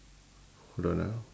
hold on ah